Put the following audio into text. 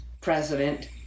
president